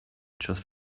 just